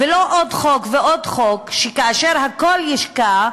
ולא עוד חוק ועוד חוק, שכאשר הכול ישקע,